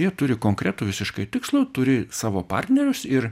jie turi konkretų visiškai tikslą turi savo partnerius ir